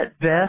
best